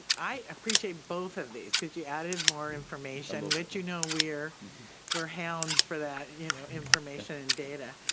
i appreciate both of these, cuz you added more information, which you know, we're we're hounds for that you know information and data.